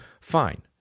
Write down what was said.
Fine